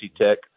Tech